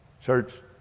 Church